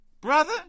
brother